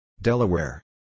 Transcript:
Delaware